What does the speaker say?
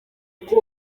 ati